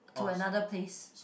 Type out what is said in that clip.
to another place